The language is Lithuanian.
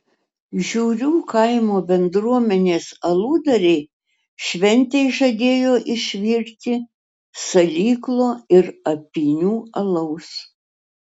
žiurių kaimo bendruomenės aludariai šventei žadėjo išvirti salyklo ir apynių alaus